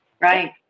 Right